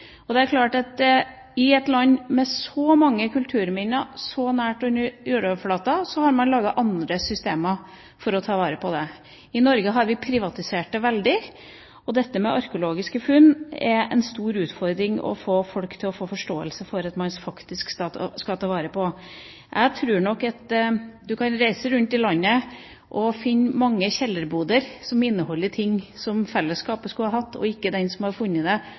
museum. Det er klart at i et land med så mange kulturminner, så nært under jordoverflaten, har man laget andre systemer for å ta vare på det. I Norge har vi privatisert det veldig, og det er en stor utfordring å få folk til å få forståelse for at man faktisk skal ta vare på arkeologiske funn. Jeg tror nok du kan reise rundt i landet og finne mange kjellerboder som inneholder ting som fellesskapet skulle hatt, og ikke den som har funnet det